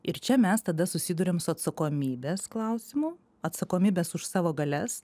ir čia mes tada susiduriam su atsakomybės klausimu atsakomybės už savo galias